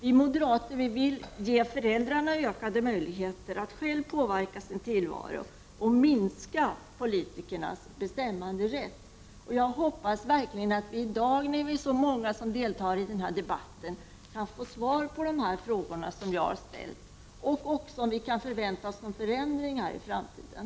Vi moderater vill ge föräldrarna ökade möjligheter att själva påverka sin tillvaro och minska politikernas bestämmanderätt. Jag hoppas verkligen att vi när vi i dag är så många som deltar i debatten kan få svar på de frågor som jag har ställt och att vi kan förvänta oss förändringar i framtiden.